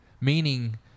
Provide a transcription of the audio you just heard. Meaning